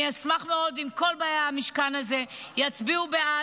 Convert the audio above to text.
אני אשמח מאוד אם כל באי המשכן הזה יצביעו בעד,